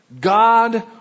God